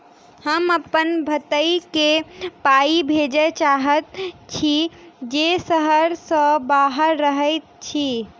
हम अप्पन भयई केँ पाई भेजे चाहइत छि जे सहर सँ बाहर रहइत अछि